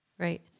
Right